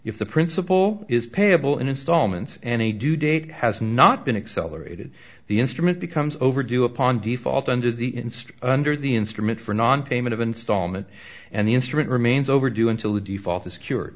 if the principle is payable in installments and a due date has not been accelerated the instrument becomes overdue upon default under the inst under the instrument for nonpayment of installment and the instrument remains overdue until the